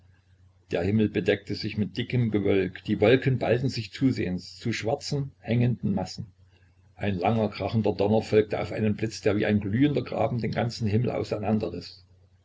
der himmel bedeckte sich mit dickem gewölk die wolken ballten sich zusehends zu schwarzen hängenden massen ein langer krachender donner folgte auf einen blitz der wie ein glühender graben den ganzen himmel auseinanderriß